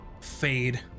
fade